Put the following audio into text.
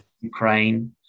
Ukraine